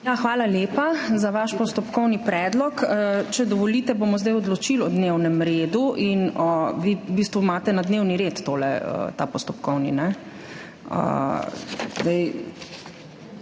Hvala lepa za vaš postopkovni predlog. Če dovolite, bomo zdaj odločili o dnevnem redu. Vi imate v bistvu na dnevni red ta postopkovni